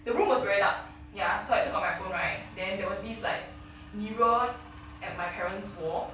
the room was very dark ya so I took out my phone right then there was this like mirror at my parents' wall